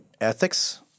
ethics